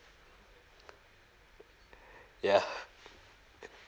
ya